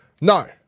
no